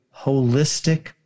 holistic